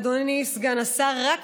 אדוני סגן השר,